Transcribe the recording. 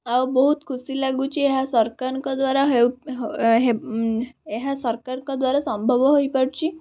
ଆଉ ବହୁତ ଖୁସି ଲାଗୁଛି ଏହା ସରକାରଙ୍କ ଦ୍ଵାରା ହେଉ ହେବ ଏହା ସରକାରଙ୍କ ଦ୍ଵାରା ସମ୍ଭବ ହୋଇପାରୁଛି